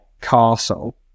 castle